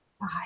Bye